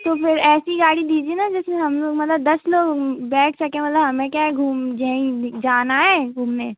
तो फिर ऐसी गाड़ी दीजिए ना जिसमें हम लोग मतलब दस लोग बैठ सकें मतलब हमें क्या है घूम जाईं जाना है घूमने